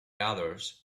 others